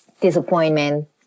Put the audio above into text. disappointment